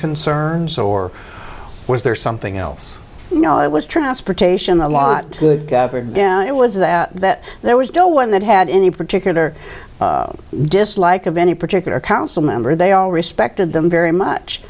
concerns or was there something else you know it was transportation a lot good it was there that there was no one that had any particular dislike of any particular council member they all respected them very much